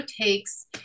takes